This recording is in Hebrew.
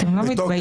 אתם לא מתביישים?